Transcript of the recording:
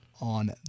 on